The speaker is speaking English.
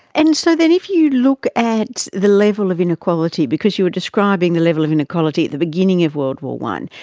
and so then if you look at the level of inequality, because you were describing the level of inequality at the beginning of world war i,